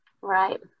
Right